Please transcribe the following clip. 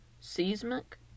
seismic